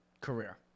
career